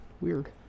Weird